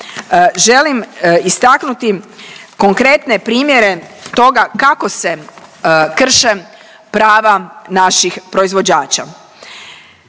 želim istaknuti konkretne primjere toga kako se krše prava naših proizvođača.